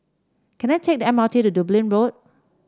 can I take the M R T to Dublin Road